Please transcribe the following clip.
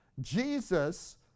Jesus